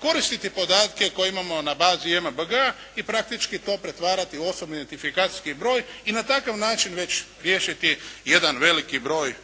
koristiti podatke koje imamo na bazi JMBG i praktički to pretvarati u osobni identifikacijski broj, i na takav način već riješiti jedan veliki broj,